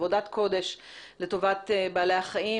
עבודת קודש לטובת בעלי החיים,